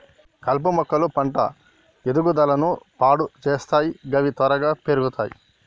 కలుపు మొక్కలు పంట ఎదుగుదలను పాడు సేత్తయ్ గవి త్వరగా పెర్గుతయ్